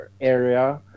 area